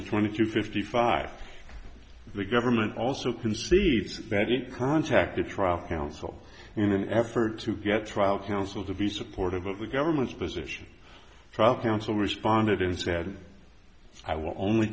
the twenty to fifty five the government also concedes that it contacted trial counsel in an effort to get trial counsel to be supportive of the government's position trial counsel responded and said i will only